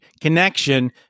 connection